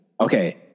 Okay